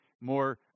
more